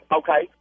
okay